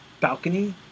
balcony